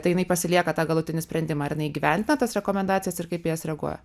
tai jinai pasilieka tą galutinį sprendimą ir jinai įgyvendina tas rekomendacijas ir kaip į jas reaguoja